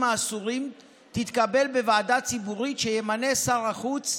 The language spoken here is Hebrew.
האסורים תתקבל בוועדה ציבורית שימנה שר החוץ,